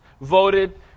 voted